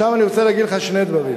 עכשיו אני רוצה להגיד לך שני דברים.